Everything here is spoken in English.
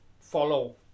follow